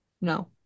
No